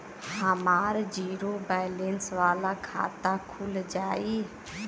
हमार zero balance वाला खाता खुल जाई?